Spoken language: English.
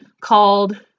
called